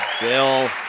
Bill